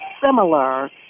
similar